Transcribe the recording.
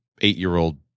eight-year-old